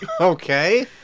Okay